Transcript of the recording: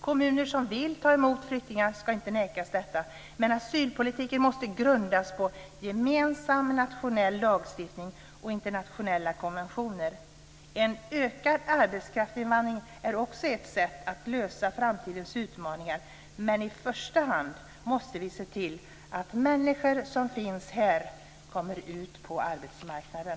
Kommuner som vill ta emot flyktingar ska inte nekas detta. Men asylpolitiken måste grundas på gemensam nationell lagstiftning och internationella konventioner. En ökad arbetskraftsinvandring är också ett sätt att lösa framtidens utmaningar, men i första hand måste vi se till att människor som finns här kommer ut på arbetsmarknaden.